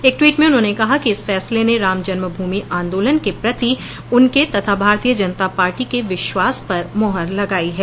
एक टवीट में उन्होंने कहा कि इस फैसले ने रामजन्म भूमि आंदोलन के प्रति उनके तथा भारतीय जनता पार्टी के विश्वास पर मोहर लगाई है